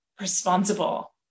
responsible